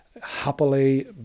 happily